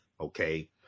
okay